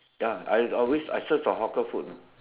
ya I always I search for hawker food know